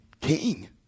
King